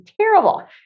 terrible